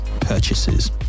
purchases